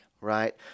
Right